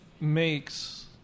makes